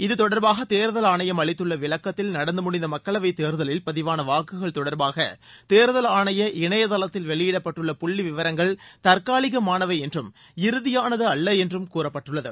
இது தொடர்பாக தேர்தல் ஆணையம் அளித்துள்ள விளக்கத்தில் நடந்து முடிந்த மக்களவைத் தேர்தலில் பதிவான வாக்குகள் தொடர்பாக தேர்தல் ஆணைய இணைய தளத்தில் வெளியிடப்பட்டுள்ள புள்ளி விவரங்கள் தற்காலிகமானவை என்றும் இறுதியானது அல்ல என்றும் கூறப்பட்டுள்ளது